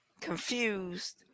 confused